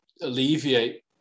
alleviate